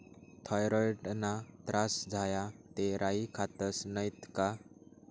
थॉयरॉईडना त्रास झाया ते राई खातस नैत का